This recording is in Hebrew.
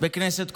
בכנסת קודמת,